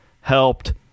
helped